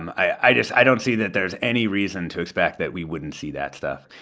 i just i don't see that there's any reason to expect that we wouldn't see that stuff.